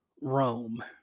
Rome